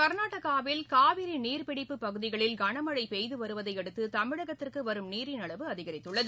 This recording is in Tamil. கர்நாடகாவில் காவிரி நீர்ப்பிடிப்பு பகுதிகளில் கனமழை பெய்து வருவதையடுத்து தமிழகத்திற்கு வரும் நீரின் அளவு அதிகரித்துள்ளது